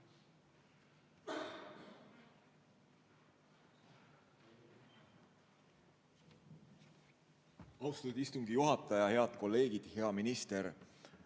Austatud istungi juhataja! Head kolleegid! Hea minister!